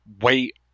wait